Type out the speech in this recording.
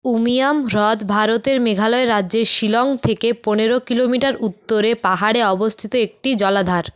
উমিয়াম হ্রদ ভারতের মেঘালয় রাজ্যের শিলং থেকে পনেরো কিলোমিটার উত্তরে পাহাড়ে অবস্থিত একটি জলাধার